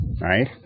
right